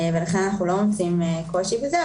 לכן אנו לא מוצאים קושי בזה,